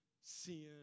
sin